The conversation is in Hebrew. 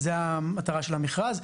זו המטרה של המכרז.